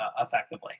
effectively